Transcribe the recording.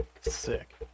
sick